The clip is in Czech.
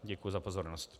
Děkuju za pozornost.